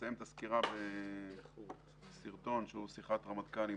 נסיים את הסקירה בסרטון שהוא שיחת רמטכ"ל עם